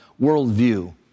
worldview